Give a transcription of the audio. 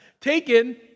taken